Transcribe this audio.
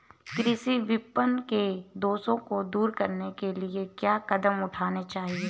कृषि विपणन के दोषों को दूर करने के लिए क्या कदम उठाने चाहिए?